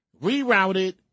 rerouted